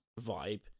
vibe